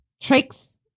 tricks